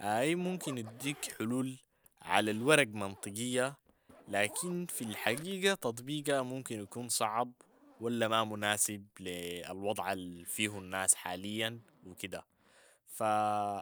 اي ممكن يديك حلول على الورق منطقية، لكن في الحقيقة تطبيقها ممكن يكون صعب ولا ما مناسب لي الوضع الفيهو الناس حاليا و كده، ف-